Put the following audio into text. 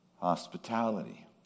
hospitality